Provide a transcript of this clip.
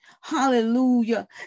Hallelujah